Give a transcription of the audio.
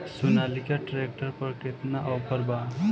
Sonalika tractor पर केतना offer बा?